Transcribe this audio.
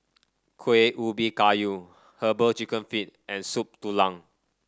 Kuih Ubi Kayu herbal chicken feet and Soup Tulang